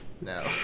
No